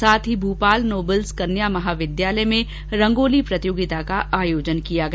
साथ ही भूपाल नोबल्स कन्या महाविद्यालय में रंगोली प्रतियोगिता का आयोजन किया गया